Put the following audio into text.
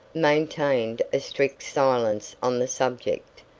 maintained a strict silence on the subject,